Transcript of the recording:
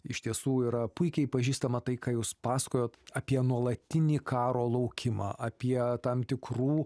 iš tiesų yra puikiai pažįstama tai ką jūs pasakojot apie nuolatinį karo laukimą apie tam tikrų